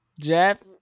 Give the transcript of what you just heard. Jeff